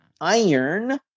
iron